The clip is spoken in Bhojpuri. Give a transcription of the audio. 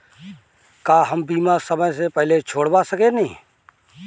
का हम बीमा समय से पहले छोड़वा सकेनी?